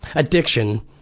addiction.